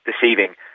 deceiving